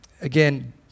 Again